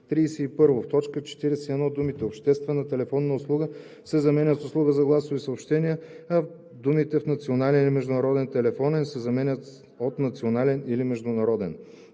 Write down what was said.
т. 41 думите „Обществена телефонна услуга“ се заменят с „Услуга за гласови съобщения“, а думите „в национален или международен телефонен“ се заменят с „от национален или международен“.